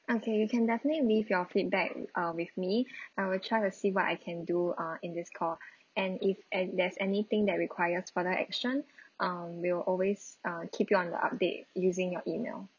okay you can definitely leave your feedback err with me I will try to see what I can do uh in this call and if an~ there's anything that requires further action um we'll always err keep you on the update using your email